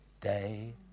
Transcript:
day